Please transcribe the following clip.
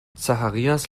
zacharias